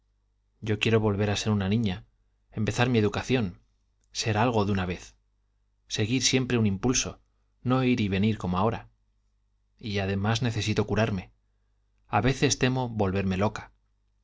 yo quiero volver a ser una niña empezar mi educación ser algo de una vez seguir siempre un impulso no ir y venir como ahora y además necesito curarme a veces temo volverme loca